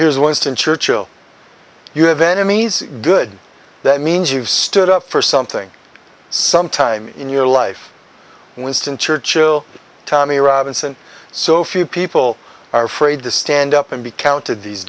here's what's ten churchill you have enemies good that means you've stood up for something sometime in your life winston churchill tommy robinson so few people are afraid to stand up and be counted these